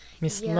Miss